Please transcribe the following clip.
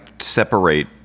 separate